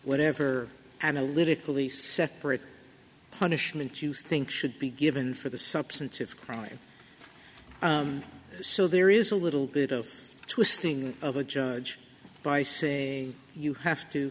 whatever analytically separate punishment you think should be given for the substantive crime so there is a little bit of twisting of a judge by saying you have to